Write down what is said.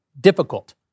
difficult